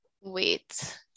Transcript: Wait